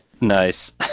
Nice